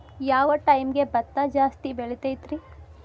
ಯಾವ ಟೈಮ್ಗೆ ಭತ್ತ ಜಾಸ್ತಿ ಬೆಳಿತೈತ್ರೇ?